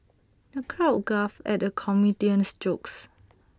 the crowd guffawed at the comedian's jokes